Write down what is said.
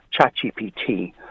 ChatGPT